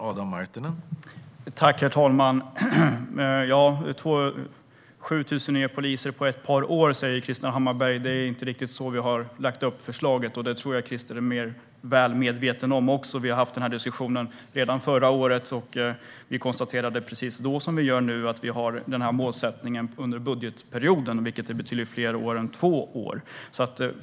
Herr talman! Krister Hammarbergh talar om 7 000 nya poliser på ett par år, men det är inte så vi har lagt upp förslaget, vilket jag tror att Krister är väl medveten om. Vi hade denna diskussion redan förra året, och vi konstaterade då - som vi gör nu - att denna målsättning gäller för hela budgetperioden, det vill säga betydligt längre tid än två år.